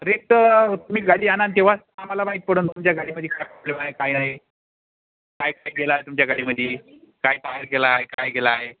rate तुम्ही गाडी आणान तेव्हाच आम्हाला माहीत पडंन तुमच्या गाडीमध्ये काय प्रॉब्लेम आहे काय नाहे काय काय गेला आहे तुमच्या गाडीमध्ये काय टायर गेला आहे काय गेला आहे